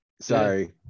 sorry